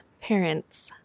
parents